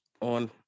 on